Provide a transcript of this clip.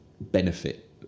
benefit